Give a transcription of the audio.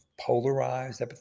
polarized